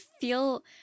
feel